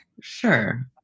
Sure